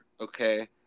okay